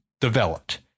developed